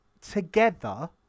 together